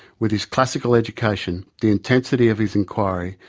with his classical education, the intensity of his inquiry,